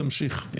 תמשיך.